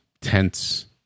tense